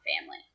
family